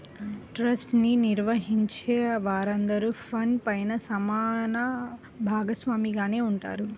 trust ని నిర్వహించే వారందరూ ఫండ్ పైన సమాన భాగస్వామిగానే ఉంటారు